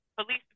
Police